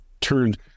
turned